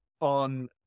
on